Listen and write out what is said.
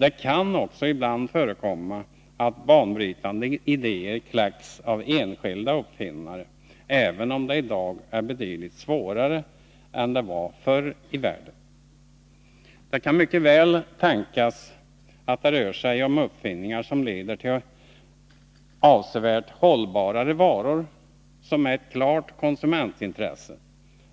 Det kan också ibland förekomma att banbrytande idéer kläcks av enskilda uppfinnare, även om det i dag är betydligt svårare än det var förr i världen. Det kan mycket väl tänkas att det rör sig om uppfinningar som leder till avsevärt hållbarare varor, som är ett klart konsumentintresse,